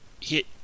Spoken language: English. hit